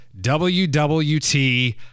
WWT